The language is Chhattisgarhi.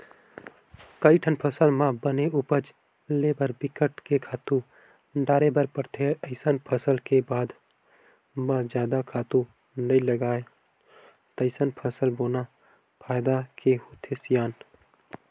कइठन फसल म बने उपज ले बर बिकट के खातू डारे बर परथे अइसन फसल के बाद म जादा खातू नइ लागय तइसन फसल बोना फायदा के होथे सियान